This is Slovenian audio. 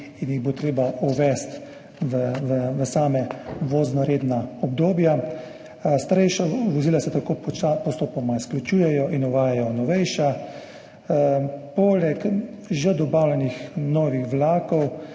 in jih bo treba uvesti v voznoredna obdobja. Starejša vozila se tako postopoma izključujejo in uvajajo novejša. Poleg že dobavljenih novih vlakov